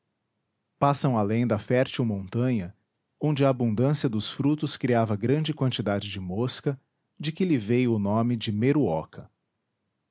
passam além da fértil montanha onde a abundância dos frutos criava grande quantidade de mosca de que lhe veio o nome de